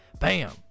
bam